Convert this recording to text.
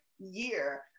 year